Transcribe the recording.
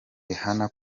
rihanna